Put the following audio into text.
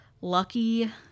Lucky